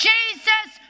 Jesus